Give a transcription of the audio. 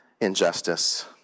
injustice